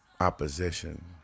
opposition